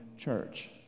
church